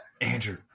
Andrew